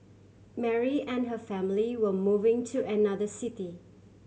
Mary and her family were moving to another city